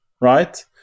right